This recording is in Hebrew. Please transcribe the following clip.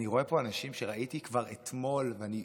אני רואה פה אנשים שראיתי כבר אתמול ואני,